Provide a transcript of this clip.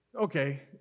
okay